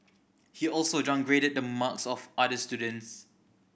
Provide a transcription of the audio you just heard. he also downgraded the marks of other students